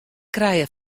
krije